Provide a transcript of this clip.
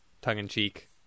tongue-in-cheek